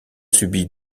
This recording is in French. subi